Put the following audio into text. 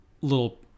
little